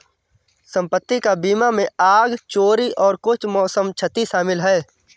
संपत्ति का बीमा में आग, चोरी और कुछ मौसम क्षति शामिल है